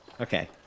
Okay